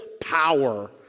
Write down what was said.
power